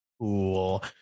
Cool